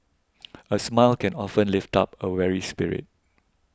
a smile can often lift up a weary spirit